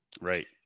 Right